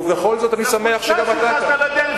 ובכל זאת אני שמח שגם אתה כאן.